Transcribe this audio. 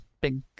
big